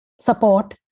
support